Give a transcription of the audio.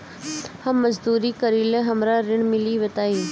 हम मजदूरी करीले हमरा ऋण मिली बताई?